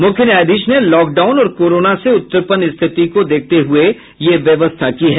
मुख्य न्यायाधीश ने लॉकडाउन और कोरोना से उत्पन्न स्थिति को देखते हुये यह व्यवस्था की है